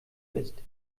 ist